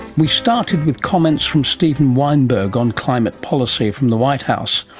we started with comments from steven weinberg on climate policy from the white house.